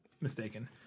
mistaken